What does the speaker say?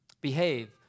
behave